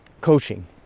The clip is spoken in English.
coaching